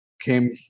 came